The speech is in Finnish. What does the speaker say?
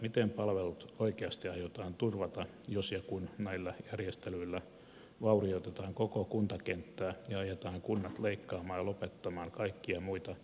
miten palvelut oikeasti aiotaan turvata jos ja kun näillä järjestelyillä vaurioitetaan koko kuntakenttää ja ajetaan kunnat leikkaamaan ja lopettamaan kaikkia muita